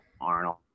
arnold